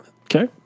Okay